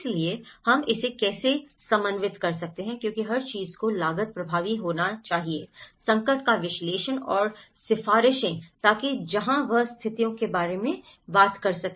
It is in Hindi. इसलिए हम इसे कैसे समन्वित कर सकते हैं क्योंकि हर चीज को लागत प्रभावी होना चाहिए संकट का विश्लेषण और सिफारिशें ताकि जहां वह स्थितियों के बारे में बात करें